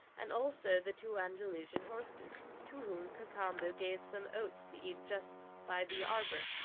and also the two andalusian horses to whom cacambo gave some oats to eat just by the arbour,